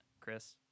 Chris